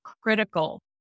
critical